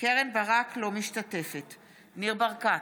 אינה משתתפת בהצבעה ניר ברקת,